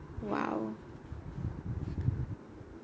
woah